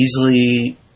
easily